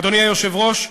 אדוני היושב-ראש,